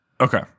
Okay